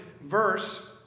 verse